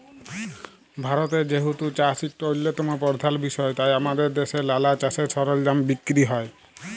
ভারতে যেহেতু চাষ ইকট অল্যতম পরধাল বিষয় তাই আমাদের দ্যাশে লালা চাষের সরলজাম বিক্কিরি হ্যয়